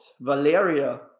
Valeria